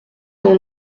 dont